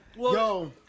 yo